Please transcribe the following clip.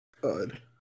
good